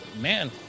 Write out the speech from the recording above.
man